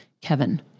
Kevin